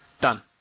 Done